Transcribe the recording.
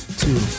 two